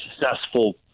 successful